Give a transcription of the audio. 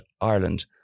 Ireland